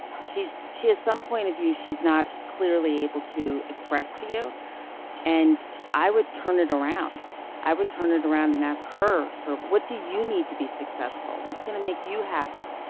she's she has some point of view she's not clearly able to express to you and i would turn it around i would turn it around and ask her for what do you need to be successful. what's going to make you happy.